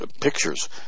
pictures